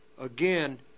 again